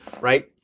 right